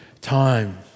time